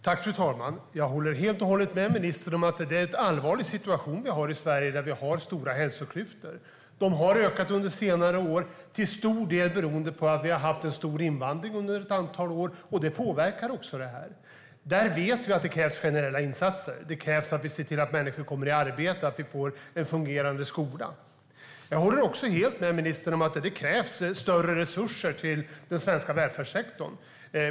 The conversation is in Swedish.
Fru talman! Jag håller helt och hållet med ministern om att det är en allvarlig situation vi har i Sverige. Vi har stora hälsoklyftor. De har ökat under senare år, till stor del beroende på att vi under ett antal år har haft en stor invandring. Det påverkar också detta. Vi vet att det krävs generella insatser. Det krävs att vi ser till att människor kommer i arbete och att vi får en fungerande skola. Jag håller också helt med ministern om att det krävs större resurser till den svenska välfärdssektorn.